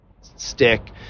stick